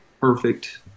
perfect